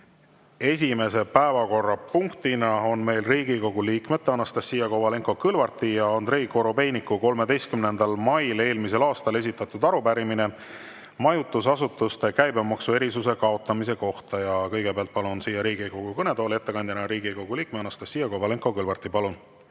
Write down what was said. esimese päevakorrapunktina on meil Riigikogu liikmete Anastassia Kovalenko-Kõlvarti ja Andrei Korobeiniku 13. mail eelmisel aastal esitatud arupärimine majutusasutuste käibemaksuerisuse kaotamise kohta. Kõigepealt palun siia Riigikogu kõnetooli ettekandeks Riigikogu liikme Anastassia Kovalenko-Kõlvarti. Palun!